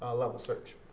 ah level search.